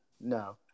No